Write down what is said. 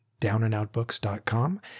downandoutbooks.com